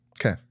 Okay